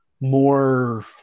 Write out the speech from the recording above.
more